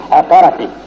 authority